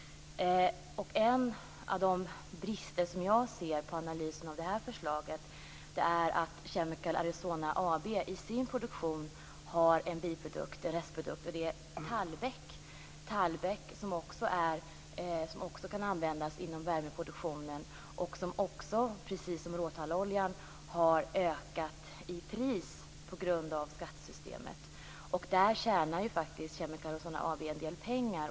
En av de brister som jag ser i analysen av det här förslaget är att Arizona Chemical AB i sin produktion har en restprodukt. Det är tallbeck, som också kan användas inom värmeproduktionen. Den har, precis som råtalloljan, ökat i pris på grund av skattesystemet. Där tjänar faktiskt Arizona Chemical en del pengar.